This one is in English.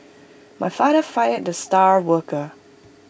my father fired the star worker